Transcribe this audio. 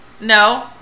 No